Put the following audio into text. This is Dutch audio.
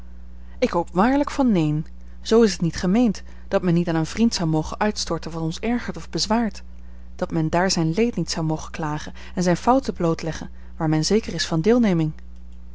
ik hoop waarlijk van neen zoo is het niet gemeend dat men niet aan een vriend zou mogen uitstorten wat ons ergert of bezwaart dat men daar zijn leed niet zou mogen klagen en zijne fouten blootleggen waar men zeker is van deelneming